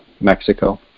Mexico